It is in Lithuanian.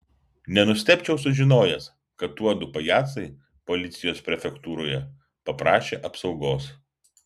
nenustebčiau sužinojęs kad tuodu pajacai policijos prefektūroje paprašė apsaugos